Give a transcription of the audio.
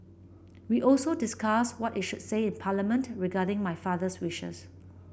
we also discussed what is should say in Parliament regarding my father's wishes